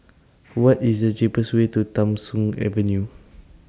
What IS The cheapest Way to Tham Soong Avenue